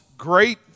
great